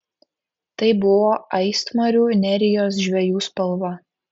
tai buvo aistmarių nerijos žvejų spalva